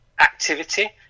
activity